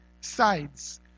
sides